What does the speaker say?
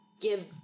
give